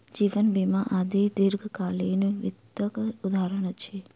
जीवन बीमा आदि दीर्घकालीन वित्तक उदहारण अछि